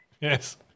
Yes